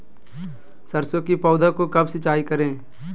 सरसों की पौधा को कब सिंचाई करे?